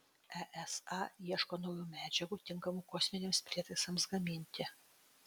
esa ieško naujų medžiagų tinkamų kosminiams prietaisams gaminti